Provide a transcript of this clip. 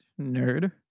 nerd